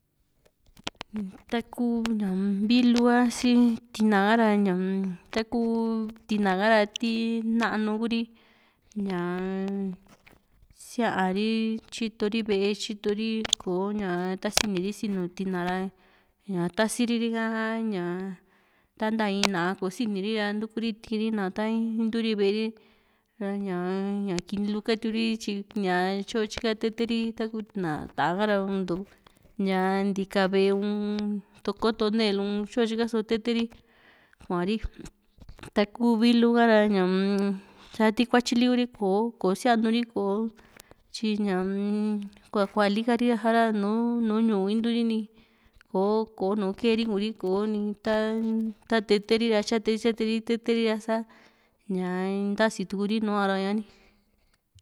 taku vilu ha si tina ra uun taku tina kara ti nanu Kuri ñaa-m siari tyitori ve´e tyito ri ko´ña tasini ri sinu tinana ra tasiri ti´a a ta nta in na´a kosiniri ra ntuku ri ti´i ri na ta intu ri ve´e ri ra ñaa ñá kini lu katiuri ña tyo tyika teteri taku tina tá´a ña ntika ve´e uun toko tonel u tyo tyika so teteri kuari, taku vili ka´ra ñaa-m sa ti kuatyi li Kuri kò´o sianu ri kò´o tyi ñaa-m kua kua li ka´ri sa´ra nùù ñu´un inturi kò´o kò´o nu keri ku´ri kò´o ni ta teteri ra tyateri tyateri teteri ra sa ña ntasii tu´ri nuara ña´ni.